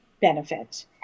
benefit